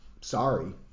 Sorry